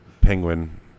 Penguin